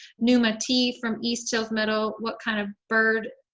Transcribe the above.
numa t. from east hills middle what kind of bird.